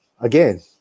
Again